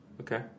Okay